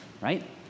right